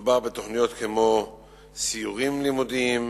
מדובר בתוכניות כמו סיורים לימודיים,